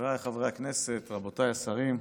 חבריי חברי הכנסת, רבותיי השרים,